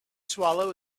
swallow